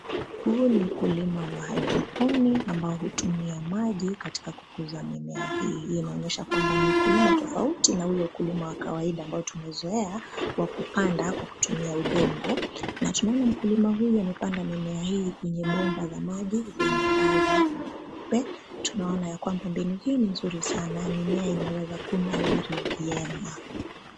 Huu ni ukulima wa hydroponi ambao hutumia maji katika kukuza mimea hii, inaonyesha kwamba ni ukulima tofauti na ule ukulima ambao tumeuzoea wa kupanda kwa kutumia udongo. Na tunaona mkulima huyu amepanda mimea hii kwenye bomba la maji lenye rangi nyeupe. Tunaona ya kwamba mbinu hii ni nzuri sana mimea inaweza kunawiri vyema.